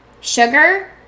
sugar